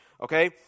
okay